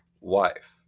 wife